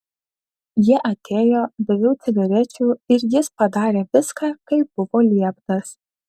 jie atėjo daviau cigarečių ir jis padarė viską kaip buvo lieptas